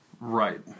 Right